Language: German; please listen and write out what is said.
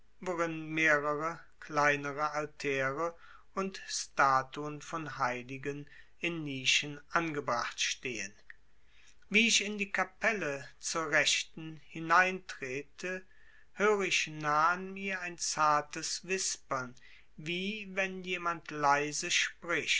mehrere kleinere altäre und statuen von heiligen in nischen angebracht stehen wie ich in die kapelle zur rechten hineintrete höre ich nahe an mir ein zartes wispern wie wenn jemand leise spricht